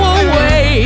away